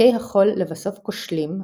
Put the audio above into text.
שקי החול לבסוף כושלים,